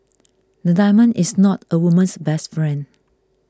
a diamond is not a woman's best friend